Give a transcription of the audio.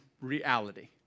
reality